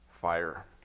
fire